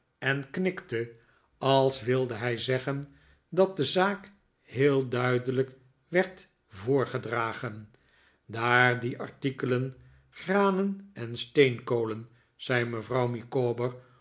en knikte als wilde hij zeggen dat de zaak heel duidelijk werd voorgedragen daar die artikelen granen en steenkolen zei mevrouw